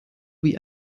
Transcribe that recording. wie